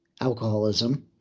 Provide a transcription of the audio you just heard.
alcoholism